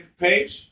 page